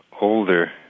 older